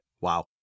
Wow